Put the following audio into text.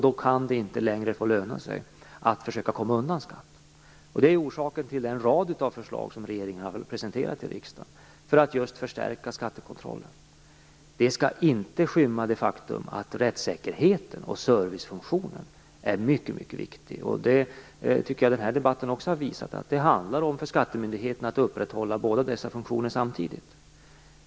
Då kan det inte längre få löna sig att försöka komma undan skatt. Det är orsaken till den rad av förslag som regeringen har presenterat i riksdagen för att just förstärka skattekontrollen. Det skall inte skymma det faktum att det är mycket viktigt med rättssäkerheten och servicefunktionen. Det tycker jag också att den här debatten har visat. Det handlar för skattemyndigheterna om att upprätthålla båda dessa funktioner samtidigt.